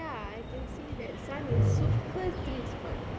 ya I can see that sun is super street smart